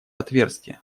отверстие